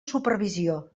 supervisió